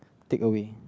takeaway